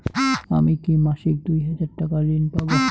আমি কি মাসিক দুই হাজার টাকার ঋণ পাব?